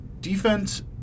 defense